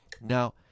Now